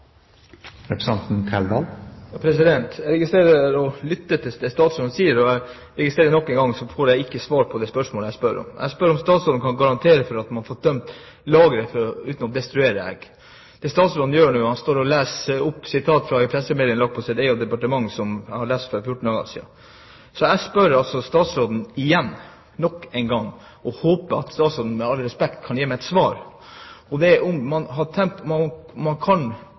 Jeg lytter til det statsråden sier, og jeg registrerer at jeg nok en gang ikke får svar på det spørsmålet jeg stiller. Jeg spør om statsråden kan garantere at man får tømt lageret uten å destruere egg. Det statsråden nå gjør, er at han står og siterer fra en pressemelding fra sitt eget departement, som jeg leste for fjorten dager siden. Jeg spør statsråden nok en gang, og håper, med all respekt, at statsråden kan gi meg et svar: Kan man få ned lageret uten å lage eggedosis av flere tusen tonn egg? Det